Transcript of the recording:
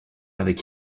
avec